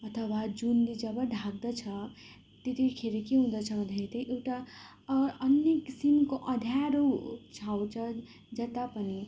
अथवा जुनले जब ढाक्दछ त्यतिखेर के हुँदछ भन्दाखेरि त्यही एउटा अन्य किसिमको अँध्यारो छाउँछ जता पनि